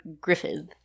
Griffith